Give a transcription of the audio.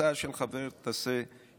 הצעה של חבר, תעשה כרצונך.